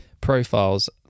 profiles